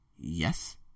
yes